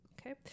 Okay